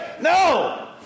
No